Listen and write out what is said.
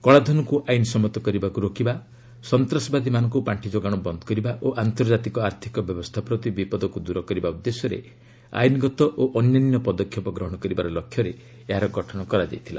କଳାଧନକୁ ଆଇନ୍ ସମ୍ମତ କରିବାକୁ ରୋକିବା ସନ୍ତାସବାଦୀମାନଙ୍କୁ ପାଖି ଯୋଗାଣ ବନ୍ଦ କରିବା ଓ ଆନ୍ତର୍ଜାତିକ ଆର୍ଥିକ ବ୍ୟବସ୍ଥା ପ୍ରତି ବିପଦକୁ ଦୂର କରିବା ଉଦ୍ଦେଶ୍ୟରେ ଆଇନଗତ ଓ ଅନ୍ୟାନ୍ୟ ପଦକ୍ଷେପ ଗ୍ରହଣ କରିବାର ଲକ୍ଷ୍ୟରେ ଏହାର ଗଠନ କରାଯାଇଥିଲା